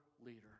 leader